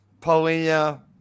Paulina